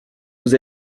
vous